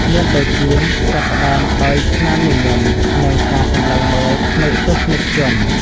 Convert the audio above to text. មានដូចជា ចាប់ផ្តើមដោយស្នាមញញឹម និងការសម្លឹងមើលភ្នែកទស្សនិកជន។